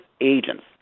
agents